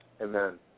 amen